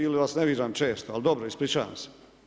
Ili vas ne viđam često, ali dobro, ispričavam se.